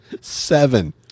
Seven